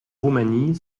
roumanie